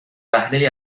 وهله